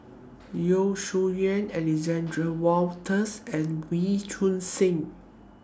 Yeo Shih Yun Alexander Wolters and Wee Choon Seng